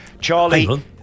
Charlie